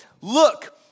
look